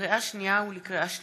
לקריאה שנייה ולקריאה שלישית: